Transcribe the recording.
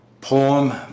Poem